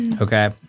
okay